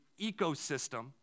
ecosystem